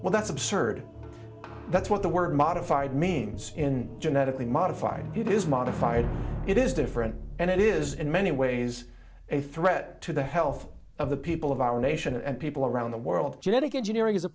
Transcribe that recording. well that's absurd that's what the word modified means in genetically modified it is modified it is different and it is in many ways a threat to the health of the people of our nation and people around the world genetic engineering is a